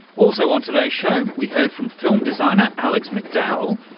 also on today's show we heard from film designer alex mcdowell,